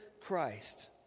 Christ